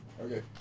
Okay